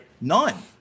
None